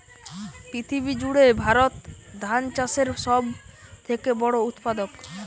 পৃথিবী জুড়ে ভারত ধান চাষের সব থেকে বড় উৎপাদক